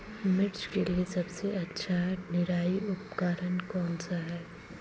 मिर्च के लिए सबसे अच्छा निराई उपकरण कौनसा है?